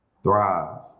Thrive